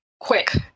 quick